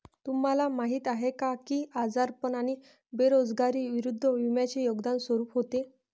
तुम्हाला माहीत आहे का की आजारपण आणि बेरोजगारी विरुद्ध विम्याचे योगदान स्वरूप होते?